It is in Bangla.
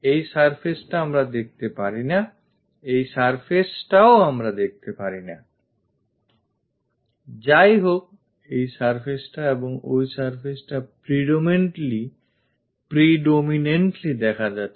এই surfaceটা আমরা দেখতে পারি না এই surfaceটা ও আমরা দেখতে পারি না যাইহোক এই surfaceটা এবং ওই surface টা predominantly দেখা যাচ্ছে